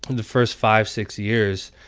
um the first five, six years.